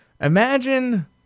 Imagine